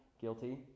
guilty